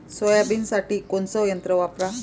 सोयाबीनसाठी कोनचं यंत्र वापरा?